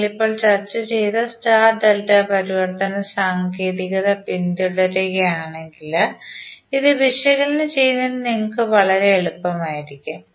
നിങ്ങൾ ഇപ്പോൾ ചർച്ച ചെയ്ത സ്റ്റാർ ഡെൽറ്റ പരിവർത്തന സാങ്കേതികത പിന്തുടരുകയാണെങ്കിൽ ഇത് വിശകലനം ചെയ്യുന്നത് നിങ്ങൾക്ക് വളരെ എളുപ്പമായിരിക്കും